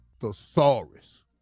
thesaurus